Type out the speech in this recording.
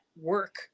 work